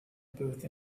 booth